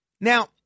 Now